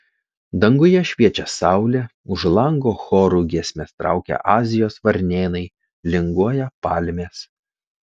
danguje šviečia saulė už lango choru giesmes traukia azijos varnėnai linguoja palmės